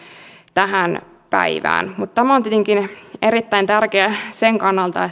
tähän päivään mutta tämä on tietenkin erittäin tärkeää sen kannalta